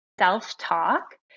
self-talk